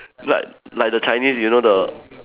but like the Chinese you know the